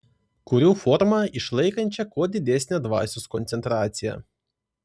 kuriu formą išlaikančią kuo didesnę dvasios koncentraciją